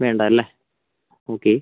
വേണ്ട അല്ലെ ഓക്കെ